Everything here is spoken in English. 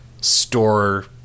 store